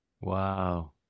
Wow